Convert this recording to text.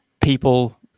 people